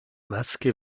maske